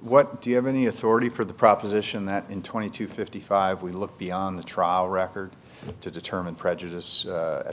what do you have any authority for the proposition that in twenty to fifty five we look beyond the trial record to determine prejudice a